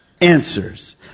answers